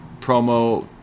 promo